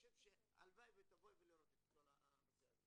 הלוואי שתבואי לראות את כל הנושא הזה.